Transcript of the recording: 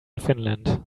finland